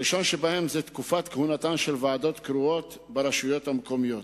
הראשון שבהם הוא תקופת כהונתן של ועדות קרואות ברשויות המקומיות.